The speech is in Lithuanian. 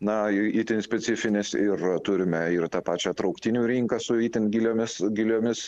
na itin specifinis ir turime ir tą pačią trauktinių rinką su itin giliomis giliomis